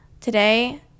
Today